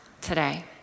today